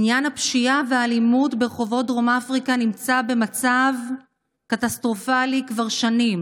עניין הפשיעה והאלימות ברחובות דרום אפריקה במצב קטסטרופלי כבר שנים,